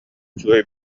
үчүгэй